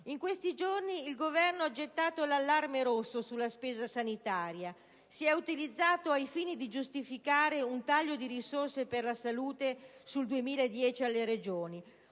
In questi giorni il Governo ha lanciato l'allarme rosso sulla spesa sanitaria. Si è utilizzato, ai fini di giustificare un taglio di risorse per la salute sul 2010 alle Regioni,